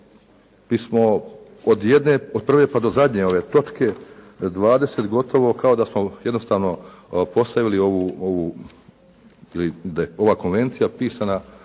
bismo od prve pa do zadnje ove točke 20, gotovo kao da smo jednostavno postavili da je ova konvencija pisana